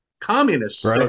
communists